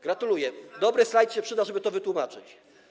Gratuluję, dobry slajd się przyda, żeby to wytłumaczyć.